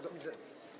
Do widzenia.